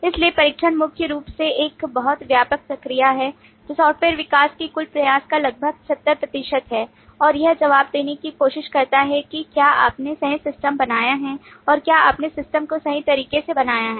इसलिए परीक्षण मुख्य रूप से एक बहुत व्यापक प्रक्रिया है जो सॉफ्टवेयर विकास के कुल प्रयास का लगभग 70 प्रतिशत है और यह जवाब देने की कोशिश करता है कि क्या आपने सही सिस्टम बनाया है और क्या आपने सिस्टम को सही तरीके से बनाया है